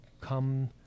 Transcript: come